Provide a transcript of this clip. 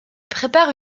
prépare